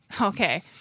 Okay